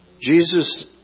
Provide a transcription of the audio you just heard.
Jesus